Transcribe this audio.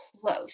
close